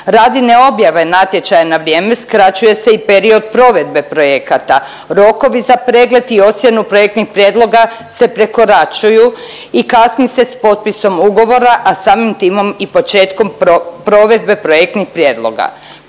Radi neobjave natječaja na vrijeme skraćuje se i period provedbe projekata, rokovi za pregled i ocjenu projektnih prijedloga se prekoračuju i kasni se sa potpisom ugovora, a samim time i početkom provedbe projektnih prijedloga.